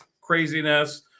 craziness